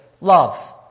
love